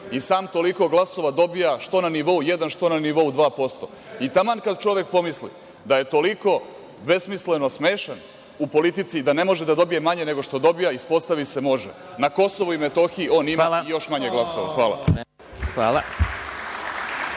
I sam toliko glasova dobija, što na nivou 1%, što na nivou 2%. Taman kada čovek pomisli da je toliko besmisleno smešan u politici i da ne može da dobije manje nego što dobija, ispostavi se da može. Na KiM on ima još manje glasova. Hvala.